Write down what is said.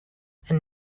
and